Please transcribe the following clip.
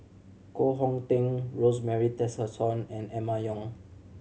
Koh Hong Teng Rosemary Tessensohn and Emma Yong